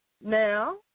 Now